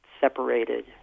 separated